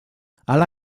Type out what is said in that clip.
hala